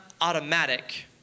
automatic